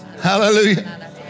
Hallelujah